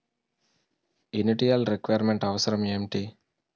Initial requirement అవసరం ఎంటి?